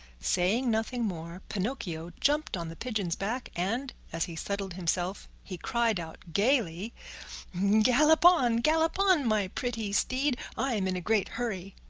saying nothing more, pinocchio jumped on the pigeon's back and, as he settled himself, he cried out gayly gallop on, gallop on, my pretty steed! i'm in a great hurry.